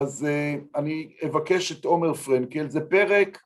אז אני אבקש את עומר פרנקל, זה פרק.